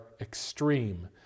extreme